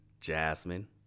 Jasmine